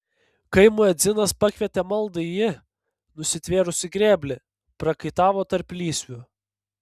kai muedzinas pakvietė maldai ji nusitvėrusi grėblį prakaitavo tarp lysvių